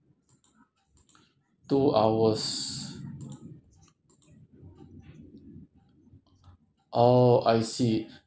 two hours oh I see